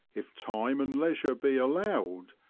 if time and leisure be allowed,